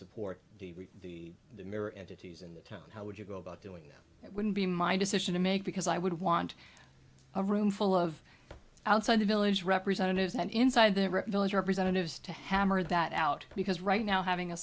in the town how would you go about doing it wouldn't be my decision to make because i would want a room full of outside the village representatives and inside the village representatives to hammer that out because right now having a